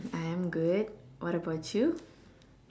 I am good what about you